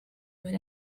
would